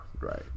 Right